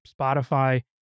Spotify